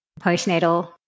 postnatal